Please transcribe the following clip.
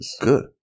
Good